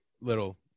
little